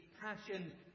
passion